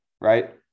right